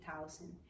thousand